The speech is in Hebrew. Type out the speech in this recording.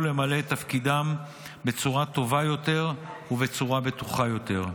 למלא את תפקידם בצורה טובה יותר ובצורה בטוחה יותר.